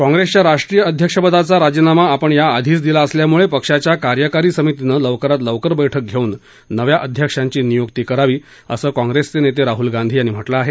काँग्रेसच्या राष्ट्रीय अध्यक्षपदाचा राजीनामा आपण या आधीच दिला असल्यामुळे पक्षाच्या कार्यकारी समितीनं लवकरात लवकर बैठक घेऊन नव्या अध्यक्षांची नियुक्ती करावी असं काँग्रेसचे नेते राहूल गांधी यांनी म्हटलं आहे